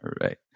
right